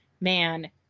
man